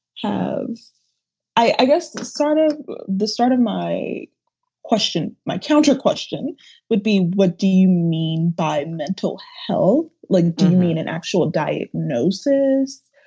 i guess sort of the start of my question, my counter question would be, what do you mean by mental health? like do you mean an actual diagnosis?